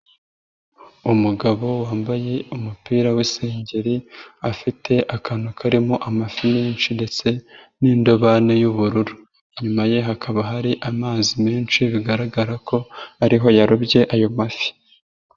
Umugabo wambaye umupira w'isengeri afite akantu karimo amafi menshi ndetse n'indobane y'ubururu, inyuma ye hakaba hari amazi menshi bigaragara ko ari ho yarobye ayo mafi.